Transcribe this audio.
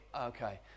okay